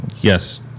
yes